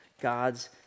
God's